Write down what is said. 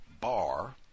bar